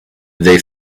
they